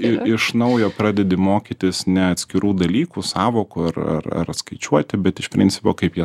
ir iš naujo pradedi mokytis ne atskirų dalykų sąvokų ar ar ar skaičiuoti bet iš principo kaip jie